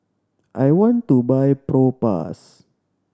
I want to buy Propass